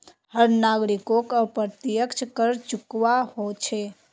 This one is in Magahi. हर नागरिकोक अप्रत्यक्ष कर चुकव्वा हो छेक